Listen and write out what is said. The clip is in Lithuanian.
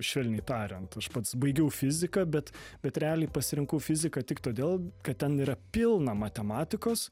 švelniai tariant aš pats baigiau fiziką bet bet realiai pasirinkau fiziką tik todėl kad ten yra pilna matematikos